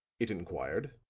it inquired,